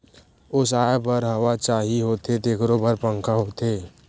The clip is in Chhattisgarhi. ओसाए बर हवा चाही होथे तेखरो बर पंखा होथे